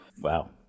Wow